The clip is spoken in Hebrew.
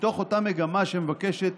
מתוך אותה מגמה שמבקשת